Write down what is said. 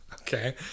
Okay